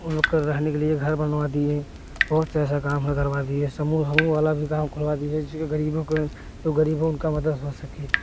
उन लोग का रहने के लिए घर बनवा दिए बहुत से ऐसा काम है करवा दिए समूह व्मुह वाला भी गाँव खोलवा दिए जो गरीबों को तो गरीबों उनका मदद से हो सके